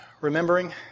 remembering